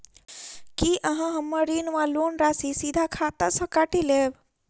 की अहाँ हम्मर ऋण वा लोन राशि सीधा खाता सँ काटि लेबऽ?